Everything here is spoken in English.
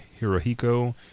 Hirohiko